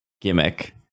gimmick